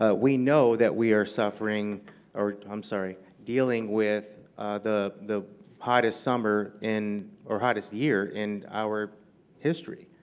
ah we know that we are suffering or i'm sorry dealing with the the hottest summer in or hottest year in our history.